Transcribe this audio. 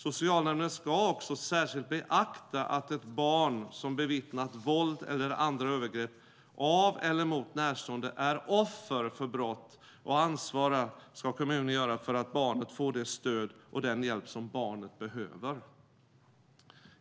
Socialnämnden ska också särskilt beakta att ett barn som bevittnat våld eller andra övergrepp av eller mot närstående är offer för brott, och ansvara ska kommunen göra för att barnet får det stöd och den hjälp som barnet behöver.